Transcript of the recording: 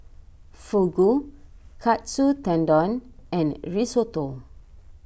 Fugu Katsu Tendon and Risotto